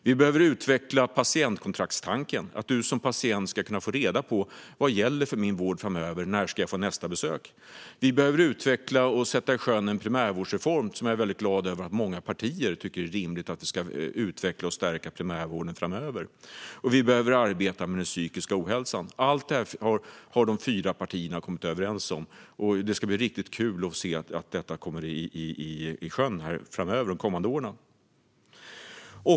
Vi behöver utveckla patientkontraktstanken så att man som patient ska få reda på vad som gäller för ens vård framöver och när man ska få nästa besök. Vi behöver utveckla och sätta i sjön en primärvårdsreform, och jag är väldigt glad över att många partier tycker att det är rimligt att vi ska utveckla och stärka primärvården framöver. Vidare behöver vi arbeta med den psykiska ohälsan. Allt detta har de fyra partierna kommit överens om. Det ska bli riktigt kul att få se allt detta sättas i sjön de kommande åren.